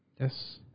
Yes